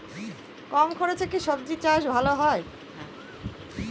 কম খরচে কি সবজি চাষ ভালো হয়?